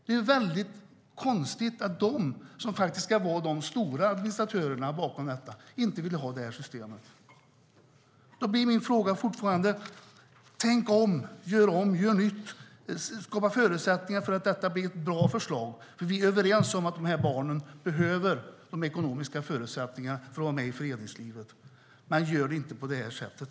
Det är väldigt konstigt att de, som ska vara de stora administratörerna i detta, inte vill ha det här systemet. Tänk om, gör om, gör nytt och skapa förutsättningar för att detta ska bli ett bra förslag. Vi är överens med er om att de här barnen behöver de ekonomiska förutsättningarna att vara med i föreningslivet, men gör det inte på det här sättet.